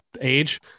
age